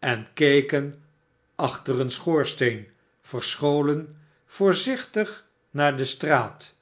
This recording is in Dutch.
en keken achter een schoorsteen verscholen voorzichtig naar de straat